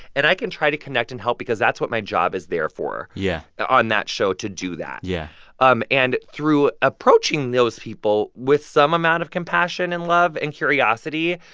and i can try to connect and help because that's what my job is there for. yeah. on that show to do that yeah um and through approaching those people with some amount of compassion and love and curiosity,